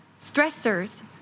stressors